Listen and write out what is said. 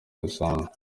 zisanzwe